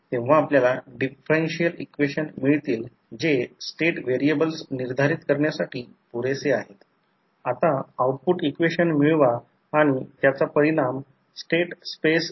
आणि त्याचप्रमाणे पॉवर ट्रान्सफॉर्मरसाठी शक्यतो अनेक MVA वर रेट केलेले असते आणि 50 हर्ट्झ फ्रिक्वेन्सीवर चालते किंवा 60 हर्ट्झ जे USA आहे प्रत्यक्षात ते 60 हर्ट्झ आहे आणि 50 हर्ट्झ किंवा 60 हर्ट्झ दोन्ही जपानमध्ये आहेत वापरलेली मुख्य सामग्री सामान्यतः लॅमिनेटेड सिलिकॉन स्टील असते